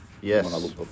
Yes